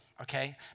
okay